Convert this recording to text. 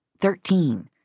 Thirteen